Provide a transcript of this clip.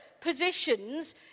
positions